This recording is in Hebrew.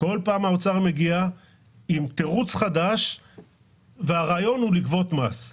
האוצר מגיע עם תירוץ חדש איך לגבות מס.